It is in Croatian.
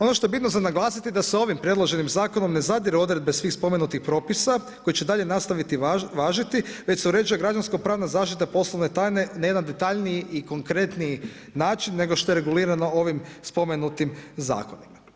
Ono što je bitno za naglasiti da se ovim predloženim zakonom ne zadire u odredbe svih spomenutih propisa koji će dalje nastaviti važiti već se uređuje građansko pravna zaštita poslovne tajne na jedan detaljniji i konkretniji način nego što je regulirano ovim spomenutim zakonima.